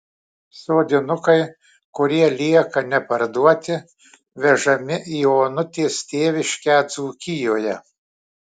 sodinukai kurie lieka neparduoti vežami į onutės tėviškę dzūkijoje